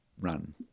run